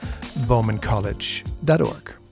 bowmancollege.org